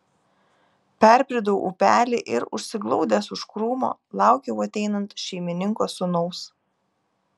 perbridau upelį ir užsiglaudęs už krūmo laukiau ateinant šeimininko sūnaus